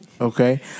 Okay